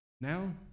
Now